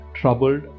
troubled